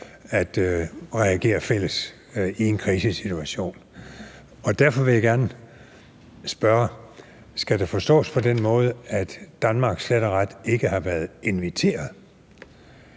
at reagere fælles i en krisesituation. Derfor vil jeg gerne spørge: Skal det forstås på den måde, at Danmark slet og ret ikke har været inviteret?